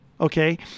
okay